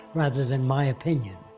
rather than my opinion.